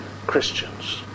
Christians